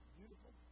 beautiful